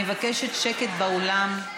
אני מבקשת שקט באולם.